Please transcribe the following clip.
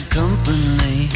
company